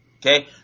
okay